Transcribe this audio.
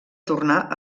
tornar